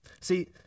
See